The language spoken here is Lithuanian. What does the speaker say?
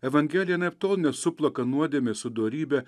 evangelija anaiptol nesuplaka nuodėmės su dorybe